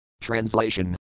Translation